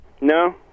No